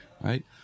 right